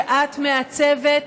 שאת מעצבת,